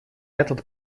этот